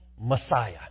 Messiah